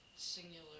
singular